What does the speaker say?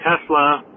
Tesla